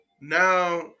now